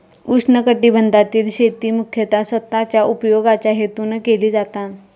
उष्णकटिबंधातील शेती मुख्यतः स्वतःच्या उपयोगाच्या हेतून केली जाता